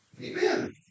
Amen